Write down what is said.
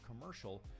commercial